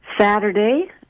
Saturday